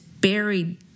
buried